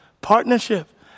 partnership